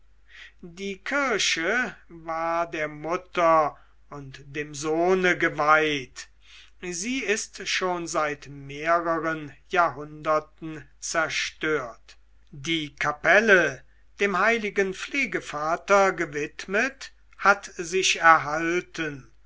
die kirche war der mutter und dem sohne geweiht sie ist schon seit mehreren jahrhunderten zerstört die kapelle dem heiligen pflegevater gewidmet hat sich erhalten